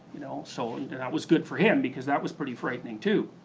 you know, so and and that was good for him because that was pretty frightening too.